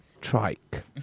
Trike